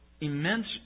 immense